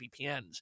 VPNs